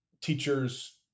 teachers